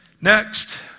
Next